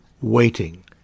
waiting